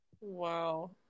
Wow